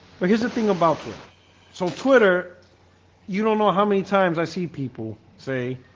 but here's the thing about twitter so twitter you don't know how many times i see people say